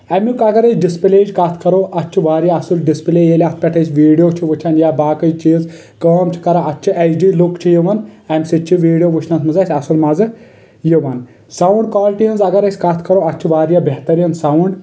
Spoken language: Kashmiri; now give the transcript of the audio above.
امیُک اگر أسۍ ڈسپٕلے یٕچ کتھ کرو اتھ چھُ واریاہ اصٕل ڈسپٕلے ییٚلہِ اتھ پٮ۪ٹھ أسۍ ویڈیو چھِ وچھان یا باقٕے چیٖز کٲم چھِ کران اتھ چھُ ایچ ڈی لُک چھُ یِوان امہِ سۭتۍ چھِ ویڈیو وٕچھنس منٛز اسہِ اصٕل مزٕ یوان سَونٛڈ کالٹی ہنٛز اگر أسۍ کتھ کرو اتھ چھِ واریاہ بہتریٖن سَونٛڈ